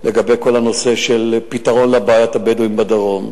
לגבי כל הפתרון של בעיית הבדואים בדרום.